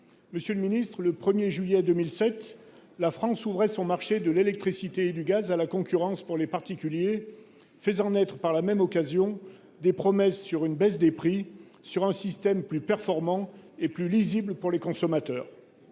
Monsieur le ministre, le 1 juillet 2007, la France ouvrait son marché de l'électricité et du gaz à la concurrence pour les particuliers, faisant naître par la même occasion des promesses sur une baisse des prix ainsi que sur un système plus performant et plus lisible pour les consommateurs.